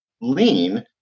lean